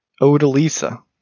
Odalisa